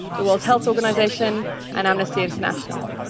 the world health organization and amnesty international.